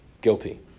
guilty